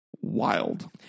wild